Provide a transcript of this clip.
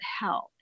help